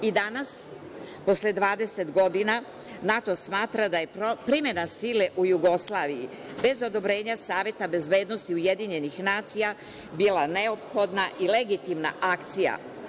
I danas, posle 20 godina, NATO smatra da je primena sile u Jugoslaviji, bez odobrenja Saveta bezbednosti UN, bila neophodna i legitimna akcija.